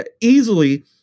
easily